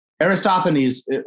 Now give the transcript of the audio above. Aristophanes